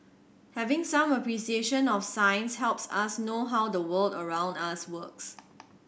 having some appreciation of science helps us know how the world around us works